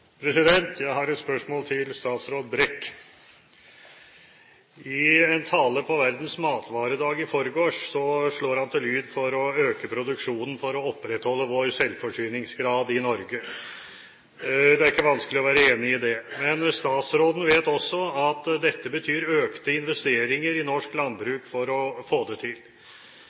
Jeg har et spørsmål til statsråd Brekk. I en tale på verdens matvaredag i forgårs slo han til lyd for å øke produksjonen for å opprettholde vår selvforsyningsgrad i Norge. Det er ikke vanskelig å være enig i det. Statsråden vet også at dette betyr økte investeringer i norsk landbruk for å få det til.